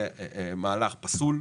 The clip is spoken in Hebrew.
זה מהלך פסול,